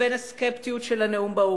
לבין הסקפטיות של הנאום באו"ם,